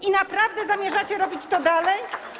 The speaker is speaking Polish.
I naprawdę zamierzacie robić to dalej?